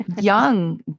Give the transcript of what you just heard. Young